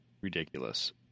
ridiculous